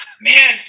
Man